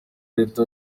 leta